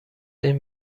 این